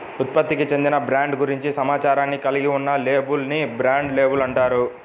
ఉత్పత్తికి చెందిన బ్రాండ్ గురించి సమాచారాన్ని కలిగి ఉన్న లేబుల్ ని బ్రాండ్ లేబుల్ అంటారు